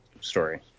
story